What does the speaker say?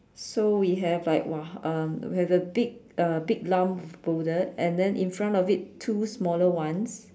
so we have like !wah! um we have a big uh big lump boulder and then in front of it two smaller ones